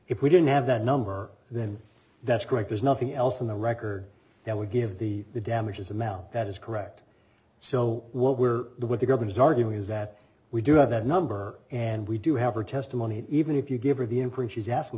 if we don't have that number then that's great there's nothing else in the record that would give the damages amount that is correct so what were the what the government is arguing is that we do have that number and we do have her testimony even if you give her the imprint she's asking